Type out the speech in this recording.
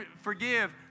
forgive